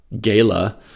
gala